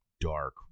dark